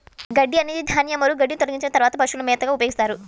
గడ్డి అనేది ధాన్యం మరియు గడ్డిని తొలగించిన తర్వాత పశువుల మేతగా ఉపయోగిస్తారు